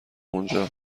اونجا